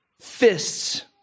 fists